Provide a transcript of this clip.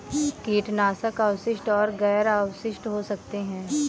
कीटनाशक अवशिष्ट और गैर अवशिष्ट हो सकते हैं